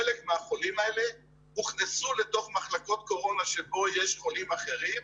חלק מהחולים האלה הוכנסו לתוך מחלקות קורונה שבהן יש חולים אחרים,